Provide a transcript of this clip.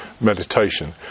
meditation